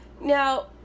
Now